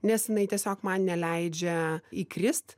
nes jinai tiesiog man neleidžia įkrist